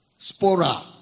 Spora